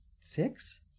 Six